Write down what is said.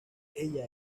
ella